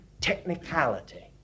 technicality